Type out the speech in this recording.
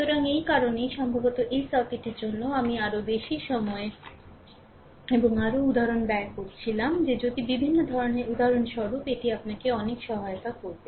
সুতরাং এই কারণেই সম্ভবত এই সার্কিটটির জন্য আমি আরও বেশি সময় এবং আরও উদাহরণ ব্যয় করছিলাম যে যদি বিভিন্ন ধরণের উদাহরণস্বরূপ এটি আপনাকে অনেক সহায়তা করবে